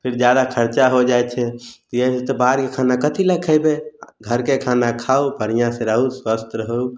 फिर जादा खर्चा हो जाइ छै किए हइ से बाहरी खाना कथी लय खयबै घरके खाना खाउ बढ़िऑं सऽ रहू स्वस्थ रहू